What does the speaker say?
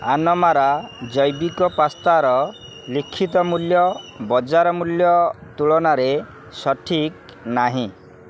ଆନମାରା ଜୈବିକ ପାସ୍ତାର ଲିଖିତ ମୂଲ୍ୟ ବଜାର ମୂଲ୍ୟ ତୁଳନାରେ ସଠିକ୍ ନାହିଁ